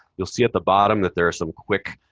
you'll see at the bottom that there are some quick